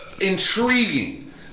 Intriguing